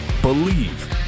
believe